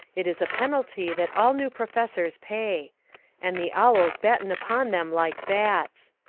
it is a penalty that all new professors pay and the owls batten upon them like bats.